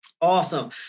Awesome